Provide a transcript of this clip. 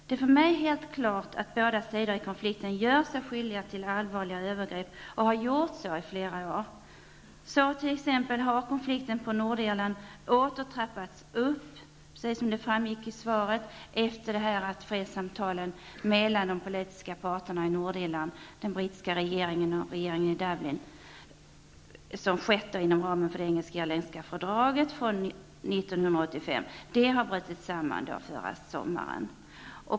Det är för mig helt klart att båda sidor i konflikten gör sig skyldiga till allvarliga övergrepp och har gjort så i flera år. Konflikten på Nordirland har t.ex. åter trappats upp -- precis som framgick av svaret -- efter det att fredssamtalen mellan de politiska parterna på Nordirland, den brittiska regeringen och regeringen i Dublin, som skett inom ramen för det engelsk-irländska fördraget från år 1985 bröt samman förra sommaren.